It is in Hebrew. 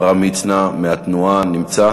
יעלה חבר הכנסת עמרם מצנע מהתנועה, נמצא?